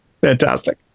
Fantastic